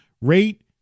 rate